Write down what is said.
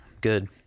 Good